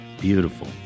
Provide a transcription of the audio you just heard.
Beautiful